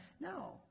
No